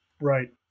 Right